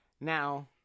Now